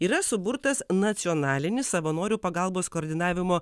yra suburtas nacionalinis savanorių pagalbos koordinavimo